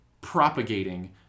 propagating